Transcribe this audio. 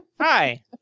Hi